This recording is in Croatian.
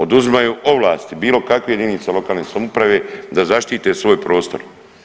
Oduzimaju ovlasti bilo kakve jedinice lokalne samouprave da zaštite svoj prostor.